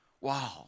Wow